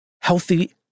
Healthy